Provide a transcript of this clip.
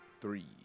Three